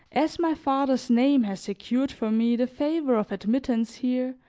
as my father's name has secured for me the favor of admittance here,